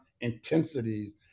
intensities